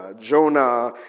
Jonah